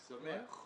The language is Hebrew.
אני שמח.